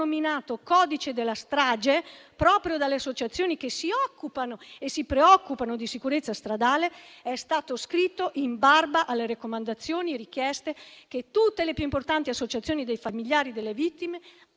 "codice della strage" proprio dalle associazioni che si occupano e si preoccupano di sicurezza stradale, è stato scritto in barba alle raccomandazioni e alle richieste che tutte le più importanti associazioni dei familiari delle vittime